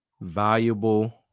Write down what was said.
valuable